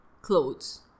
Clothes